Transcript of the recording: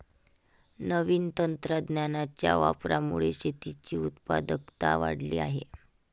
नवीन तंत्रज्ञानाच्या वापरामुळे शेतीची उत्पादकता वाढली आहे